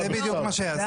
זה בדיוק מה שיעשו.